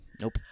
Nope